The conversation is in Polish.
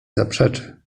zaprzeczy